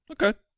okay